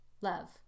love